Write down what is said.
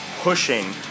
pushing